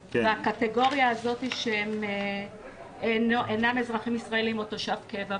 והקטגוריה הזאת שהם אינםאזרחים ישראלים או תושב קבע?